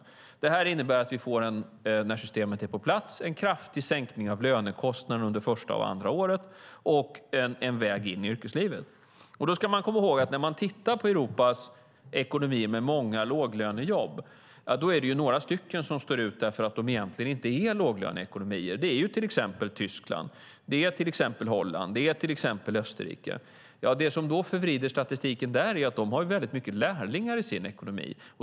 Detta innebär att vi när systemet är på plats får en kraftig sänkning av lönekostnaden under första och andra året och en väg in i yrkeslivet. När man tittar på Europas ekonomier med många låglönejobb ska man komma ihåg att det är några som sticker ut genom att de egentligen inte är låglöneekonomier, till exempel Tyskland, Holland och Österrike. Det som förvrider statistiken där är att de har väldigt många lärlingar i sin ekonomi.